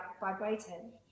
vibrating